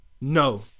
no